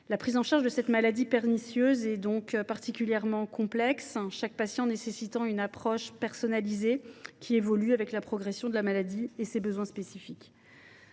La prise en charge de cette maladie pernicieuse est donc particulièrement complexe, chaque patient nécessitant une approche personnalisée, qui évolue en fonction de ses besoins spécifiques